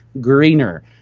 greener